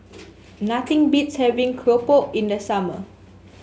nothing beats having Keropok in the summer